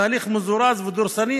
בהליך מזורז ודורסני,